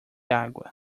água